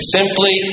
Simply